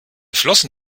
flossen